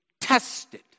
tested